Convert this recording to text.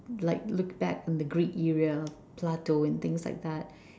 like look back from the greek era of Plato and things like that